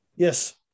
Yes